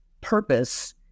purpose